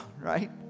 right